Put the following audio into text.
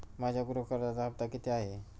माझ्या गृह कर्जाचा हफ्ता किती आहे?